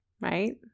right